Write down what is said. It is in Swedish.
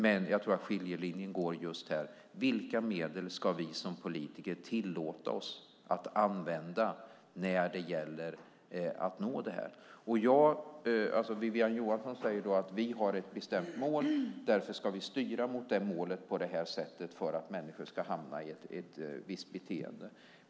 Men jag tror att skiljelinjen går just här: Vilka medel ska vi som politiker tillåta oss att använda när det gäller att nå det här? Wiwi-Anne Johansson säger att vi har ett bestämt mål, och därför ska vi styra mot det målet på detta sätt för att människor ska hamna i ett visst beteende.